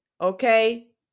Okay